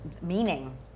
meaning